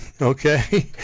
Okay